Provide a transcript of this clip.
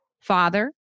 father